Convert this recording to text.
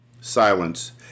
Silence